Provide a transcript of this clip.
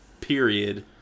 period